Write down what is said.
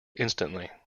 instantly